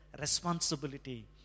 responsibility